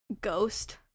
ghost